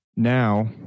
Now